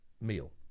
meal